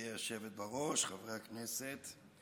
גברתי היושבת בראש, חברי הכנסת,